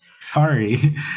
Sorry